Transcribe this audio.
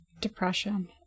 depression